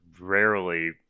rarely